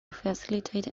facilitate